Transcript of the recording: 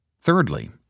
Thirdly